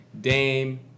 Dame